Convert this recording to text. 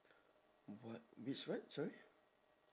what which what sorry